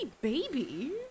baby